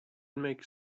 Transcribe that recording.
makes